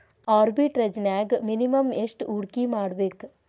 ಆರ್ಬಿಟ್ರೆಜ್ನ್ಯಾಗ್ ಮಿನಿಮಮ್ ಯೆಷ್ಟ್ ಹೂಡ್ಕಿಮಾಡ್ಬೇಕ್?